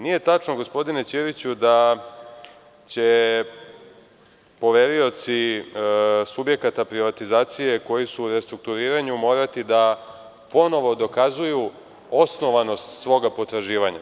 Nije tačno gospodine Ćiriću da će poverioci subjekata privatizacije koji su u restrukturiranju morati da ponovo dokazuju osnovanost svoga potraživanja.